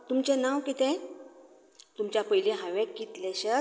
hello Swiggy हांव सुजाता नायक उलयतां